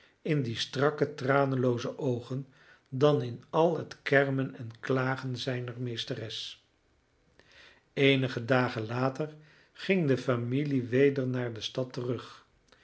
in die strakke tranenlooze oogen dan in al het kermen en klagen zijner meesteres eenige dagen later ging de familie weder naar de stad terug